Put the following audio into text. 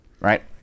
right